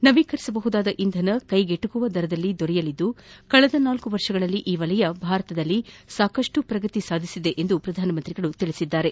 ನವೀಕರಿಸಬಹುದಾದ ಇಂಧನ ಕೈಗೆಟಕುವ ದರದಲ್ಲಿ ದೊರೆಯಲಿದ್ದು ಕಳೆದ ನಾಲ್ಕು ವರ್ಷಗಳಲ್ಲಿ ಈ ವಲಯ ಭಾರತದಲ್ಲಿ ಸಾಕಷ್ಟು ಪ್ರಗತಿ ಸಾಧಿಸಿದೆ ಎಂದು ಪ್ರಧಾನಮಂತ್ರಿ ಹೇಳಿದ್ದಾರೆ